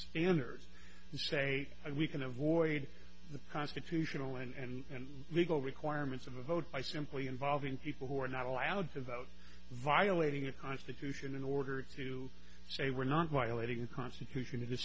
standards and say we can avoid the constitutional and legal requirements of a vote by simply involving people who are not allowed to vote violating a constitution in order to say we're not violating the constitution is a